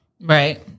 Right